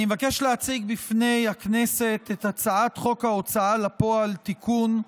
אני מבקש להציג בפני הכנסת את הצעת חוק ההוצאה לפועל (תיקון,